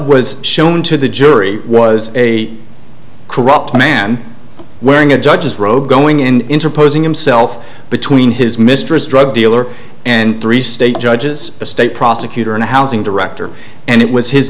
was shown to the jury was a corrupt man wearing a judge's robe going in interposing himself between his mistress drug dealer and three state judges a state prosecutor and a housing director and it was his